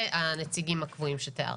והנציגים הקבועים שתיארתי.